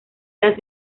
las